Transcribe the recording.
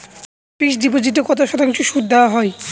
Fixed ডিপোজিটে কত শতাংশ সুদ দেওয়া হয়?